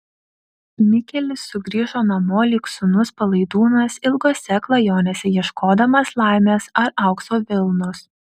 mikelis sugrįžo namo lyg sūnus palaidūnas ilgose klajonėse ieškodamas laimės ar aukso vilnos